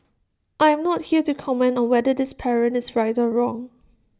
I am not here to comment on whether this parent is right or wrong